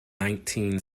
nineteen